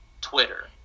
Twitter